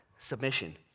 Submission